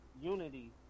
unity